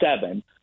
seven